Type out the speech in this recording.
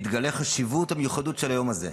מתגלה חשיבות המיוחדות של היום הזה.